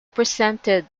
presented